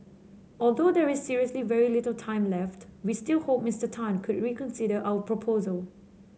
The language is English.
although there is seriously very little time left we still hope Mister Tan could reconsider our proposal